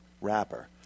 wrapper